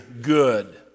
good